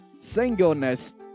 singleness